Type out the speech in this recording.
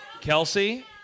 Kelsey